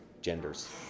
genders